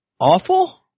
awful